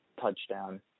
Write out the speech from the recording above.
touchdown